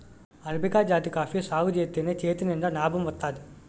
arabica జాతి coffee సాగుజేత్తేనే చేతినిండా నాబం వత్తాది